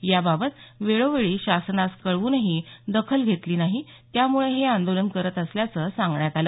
याबाबत वेळोवेळी शासनास कळवूनही याची दखल सरकारने घेतली नाही त्यामुळे हे आंदोलन करत असल्याचं सांगण्यात आलं